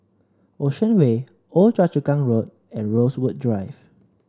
Ocean Way Old Choa Chu Kang Road and Rosewood Drive